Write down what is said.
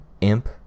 Imp